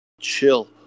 chill